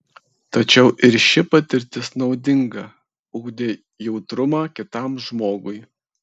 tačiau ir ši patirtis naudinga ugdė jautrumą kitam žmogui